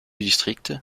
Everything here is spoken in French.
district